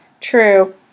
true